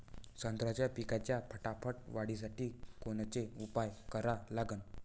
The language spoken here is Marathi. संत्रा पिकाच्या फटाफट वाढीसाठी कोनचे उपाव करा लागन?